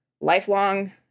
lifelong